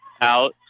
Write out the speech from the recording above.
out